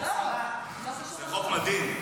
זה חוק מדהים.